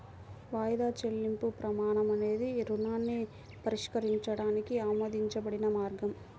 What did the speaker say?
వాయిదా చెల్లింపు ప్రమాణం అనేది రుణాన్ని పరిష్కరించడానికి ఆమోదించబడిన మార్గం